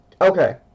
Okay